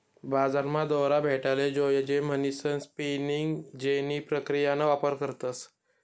बजारमा दोरा भेटाले जोयजे म्हणीसन स्पिनिंग जेनी प्रक्रियाना वापर करतस